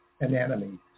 anatomy